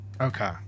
Okay